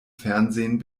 fernsehen